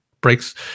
breaks